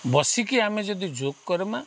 ବସିକି ଆମେ ଯଦି ଯୋଗ କରମା